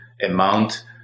amount